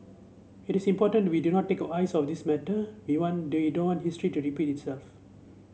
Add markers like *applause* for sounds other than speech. it is important we do not take our eyes off this matter we want *unintelligible* history to repeat itself